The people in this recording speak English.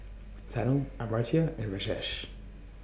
Sanal Amartya and Rajesh